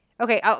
Okay